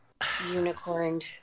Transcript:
unicorned